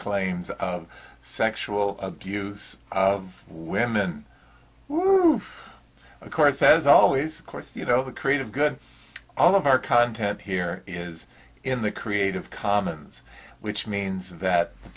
claims of sexual abuse of women who of course says always course you know the creative good all of our content here is in the creative commons which means that the